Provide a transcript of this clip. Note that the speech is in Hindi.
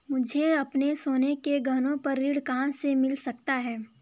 मुझे अपने सोने के गहनों पर ऋण कहाँ से मिल सकता है?